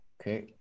okay